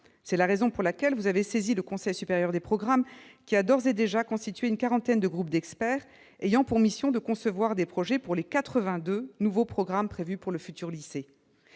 C'est la raison pour laquelle vous avez saisi le Conseil supérieur des programmes, qui a d'ores et déjà constitué une quarantaine de groupes d'experts ayant pour mission de concevoir des projets pour les quatre-vingt-deux nouveaux programmes prévus pour le futur lycée.